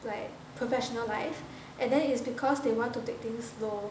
like professional life and then is because they want to take things slow